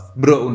bro